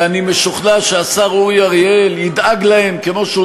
ואני משוכנע שהשר אורי אריאל ידאג להם כמו שהוא